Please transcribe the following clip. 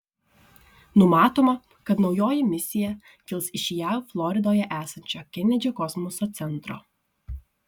numatoma kad naujoji misija kils iš jav floridoje esančio kenedžio kosmoso centro